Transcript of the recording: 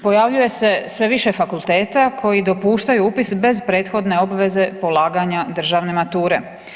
Pojavljuje se sve više fakulteta koji dopuštaju upis bez prethodne obveze polaganja državne mature.